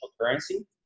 currency